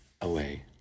away